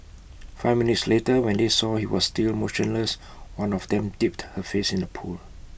five minutes later when they saw he was still motionless one of them dipped her face in the pool